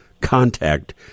contact